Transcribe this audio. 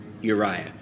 Uriah